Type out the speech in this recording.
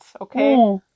okay